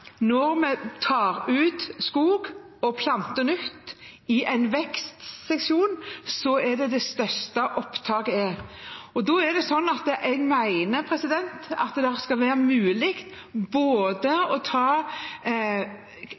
når vi tar ut skog og planter nytt i en vekstsesong, er det da det største opptaket er. Da mener jeg at det skal være mulig å ta